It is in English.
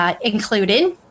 included